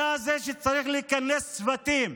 אתה זה שצריך לכנס צוותים,